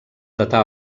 datar